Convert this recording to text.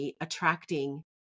attracting